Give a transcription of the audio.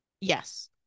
Yes